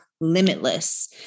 limitless